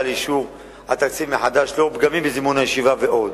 לאישור התקציב מחדש לנוכח פגמים בזימון הישיבה ועוד.